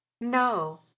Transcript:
No